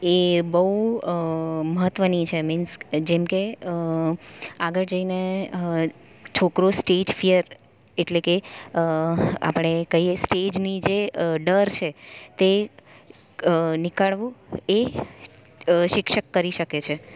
એ બહુ મહત્વની છે મિન્સ જેમ કે આગળ જઈને છોકરો સ્ટેજ ફીયર એટલે કે આપણે કહીએ સ્ટેજની જે ડર છે તે નિકાળવું એ શિક્ષક કરી શકે છે